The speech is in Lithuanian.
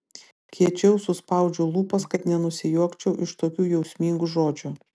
kiečiau suspaudžiu lūpas kad nenusijuokčiau iš tokių jausmingų žodžių